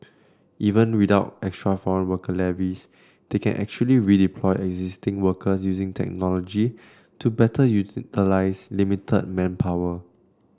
even without extra foreign worker levies they can actually redeploy existing workers using technology to better utilise limited manpower